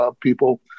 people